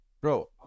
Bro